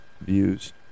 views